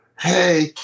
Hey